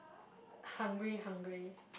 hungry hungry